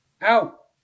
out